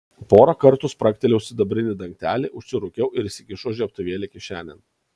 porą kartų spragtelėjau sidabrinį dangtelį užsirūkiau ir įsikišau žiebtuvėlį kišenėn